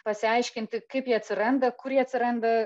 pasiaiškinti kaip jie atsiranda kur jie atsiranda